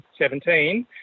2017